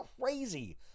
crazy